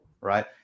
Right